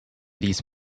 these